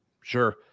Sure